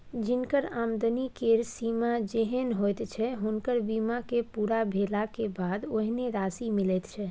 जिनकर आमदनी केर सीमा जेहेन होइत छै हुनकर बीमा के पूरा भेले के बाद ओहेन राशि मिलैत छै